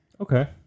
Okay